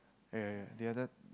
ya ya the other